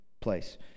place